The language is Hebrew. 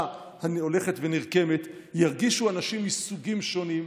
ההולכת ונרקמת ירגישו אנשים מסוגים שונים,